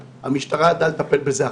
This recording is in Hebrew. המשטרה ידעה לטפל בזה אחרת.